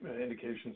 indications